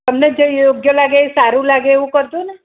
તમને જે યોગ્ય લાગે સારું લાગે એવું કરજોને